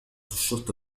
الشرطة